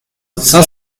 cinq